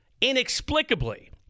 inexplicably